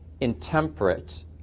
intemperate